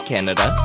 Canada